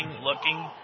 looking